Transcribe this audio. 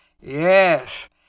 yes